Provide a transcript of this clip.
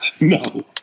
No